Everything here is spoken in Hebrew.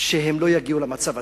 שהם לא יגיעו למצב הזה.